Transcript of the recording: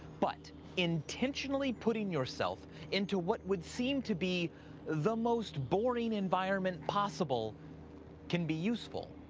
but intentionally putting yourself into what would seem to be the most boring environment possible can be useful.